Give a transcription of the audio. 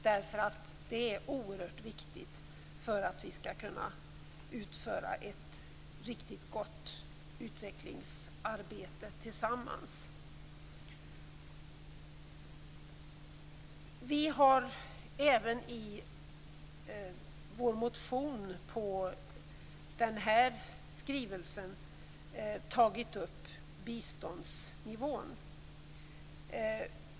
Det är oerhört viktigt för att vi skall kunna utföra ett riktigt gott utvecklingsarbete tillsammans. Vi har även i vår motion på den här skrivelsen tagit upp biståndsnivån.